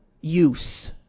use